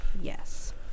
Yes